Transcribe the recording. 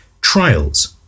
trials